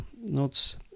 notes